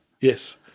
Yes